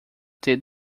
ter